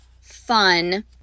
fun